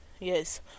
Yes